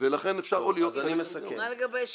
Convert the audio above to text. ולכן אפשר --- אני מסכם.